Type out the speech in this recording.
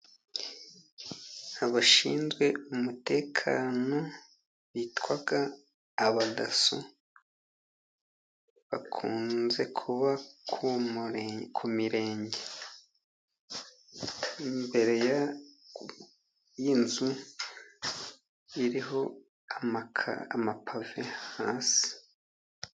Abashinzwe umutekano bitwa abadaso bakunze kuba ku mirenge, imbere y'inzu iriho amakaro n'amapave hasi.